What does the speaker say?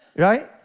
Right